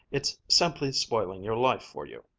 it's simply spoiling your life for you!